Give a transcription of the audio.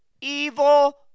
evil